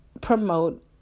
promote